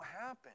happen